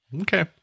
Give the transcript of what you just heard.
Okay